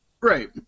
Right